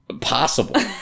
possible